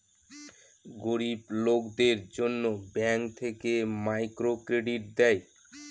গরিব লোকদের জন্য ব্যাঙ্ক থেকে মাইক্রো ক্রেডিট দেয়